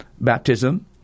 baptism